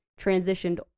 transitioned